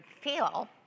feel